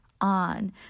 on